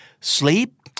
Sleep